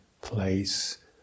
place